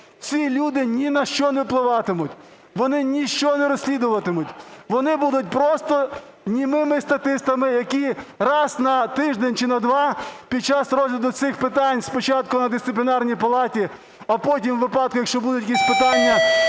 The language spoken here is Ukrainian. Ці люди ні на що не впливатимуть, вони ні що не розслідуватимуть. Вони будуть просто німими статистами, які раз на тиждень чи на два під час розгляду цих питань, спочатку на Дисциплінарній палаті, а потім у випадку, якщо будуть якісь питання,